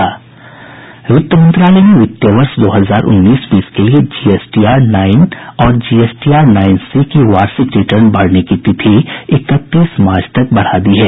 वित्त मंत्रालय ने वित्तीय वर्ष दो हजार उन्नीस बीस के लिए जीएसटीआर नाइन और जीएसटीआर नाइनसी की वार्षिक रिटर्न भरने की तिथि इकतीस मार्च तक बढा दी है